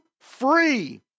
free